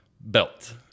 belt